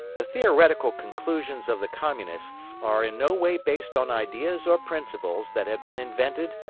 the theoretical conclusions of the communists are in no way based on ideas or principles that have been invented,